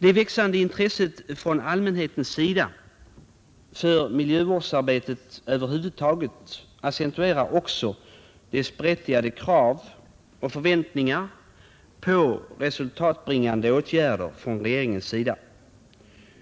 Det växande intresset från allmänhetens sida för miljövårdsarbetet över huvud taget accentuerar också dess berättigade krav och förväntningar på resultatbringande åtgärder från regeringens sida.